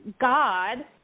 God